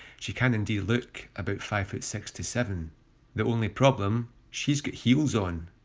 she can indeed look about five foot six to seven the only problem? she's got heels on.